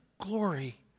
glory